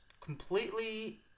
Completely